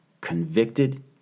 convicted